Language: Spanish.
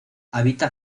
habita